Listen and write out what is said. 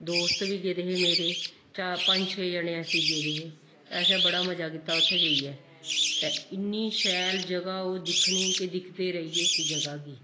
दोस्त बी गेदे हे मेरे चा पंज छे जने अस गेदे हे ते असें बड़ा मजा कीता उत्थें जाइयै ते इन्नी शैल जगह् ओह् दिक्खनी के दिखदे गै रेहिये इस जगह् गी